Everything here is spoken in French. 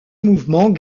mouvement